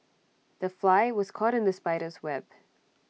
the fly was caught in the spider's web